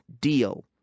deal